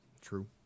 True